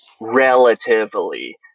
relatively